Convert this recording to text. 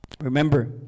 Remember